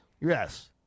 Yes